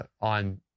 on